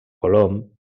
colom